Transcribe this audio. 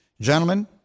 gentlemen